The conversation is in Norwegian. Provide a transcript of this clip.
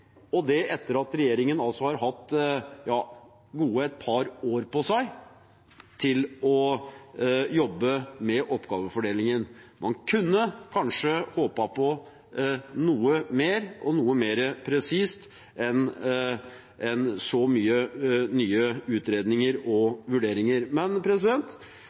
og det etter at regjeringen har hatt et par år på seg til å jobbe med oppgavefordelingen. Man kunne kanskje håpet på noe mer og noe mer presist enn så mange nye utredninger og vurderinger.